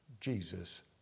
Jesus